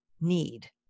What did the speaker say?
need